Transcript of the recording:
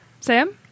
Sam